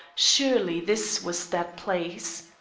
surely this was that place.